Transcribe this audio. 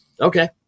Okay